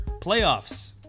playoffs